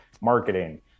marketing